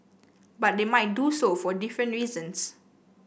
but they might do so for different reasons